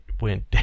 went